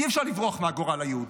אי-אפשר לברוח מהגורל היהודי.